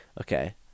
Okay